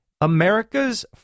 America's